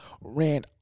Ran